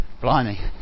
blimey